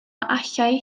allai